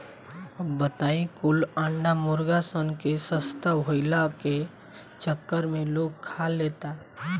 अब बताव ई कुल अंडा मुर्गा सन के सस्ता भईला के चक्कर में लोग खा लेता